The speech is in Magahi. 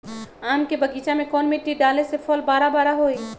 आम के बगीचा में कौन मिट्टी डाले से फल बारा बारा होई?